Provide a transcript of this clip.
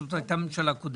זאת הייתה ממשלה קודמת.